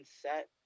set